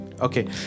Okay